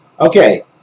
Okay